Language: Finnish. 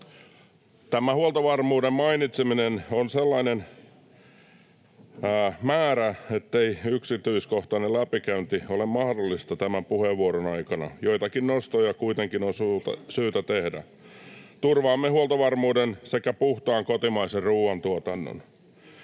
Tätä huoltovarmuuden mainitsemista on sellainen määrä, ettei yksityiskohtainen läpikäynti ole mahdollista tämän puheenvuoron aikana. Joitakin nostoja kuitenkin on syytä tehdä. ”Turvaamme huoltovarmuuden sekä puhtaan kotimaisen ruuantuotannon.”